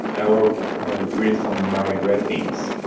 i will read some my writings.